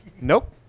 Nope